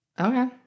okay